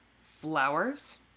flowers